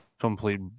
complete